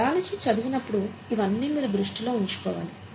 biology చదివినప్పుడు ఇవన్నీ మీరు దృష్టిలో ఉంచుకోవాలి